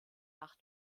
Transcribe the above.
nach